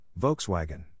Volkswagen